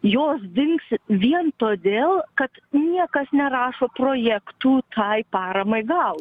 jos dings vien todėl kad niekas nerašo projektų tai paramai gaut